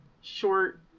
short